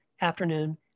afternoon